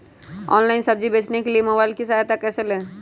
Online सब्जी बेचने के लिए मोबाईल की सहायता कैसे ले?